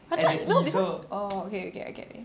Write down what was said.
I thought no because orh okay okay I get it